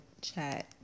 chat